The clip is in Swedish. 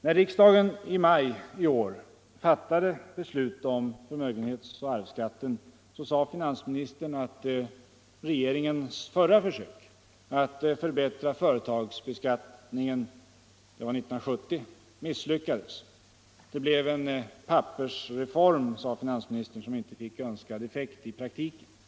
När riksdagen i maj i år fattade beslut om förmögenhetsoch arvsskatten, sade finansministern att regeringens förra försök att förbättra företagsbeskattningen — det var 1970 — misslyckades. Det blev en pappersreform som inte fick önskad effekt i praktiken, sade han.